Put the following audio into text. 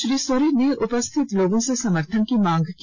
श्री सोरेन ने उपस्थित लोगों से समर्थन की मांग की